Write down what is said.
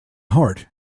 heart